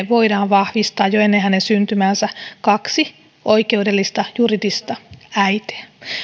voidaan vahvistaa jo ennen hänen syntymäänsä kaksi oikeudellista juridista äitiä